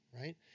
right